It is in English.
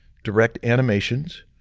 direct animations,